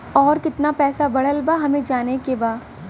और कितना पैसा बढ़ल बा हमे जाने के बा?